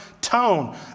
tone